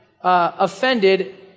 offended